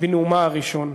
בנאומה הראשון.